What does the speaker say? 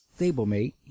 stablemate